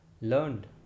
learned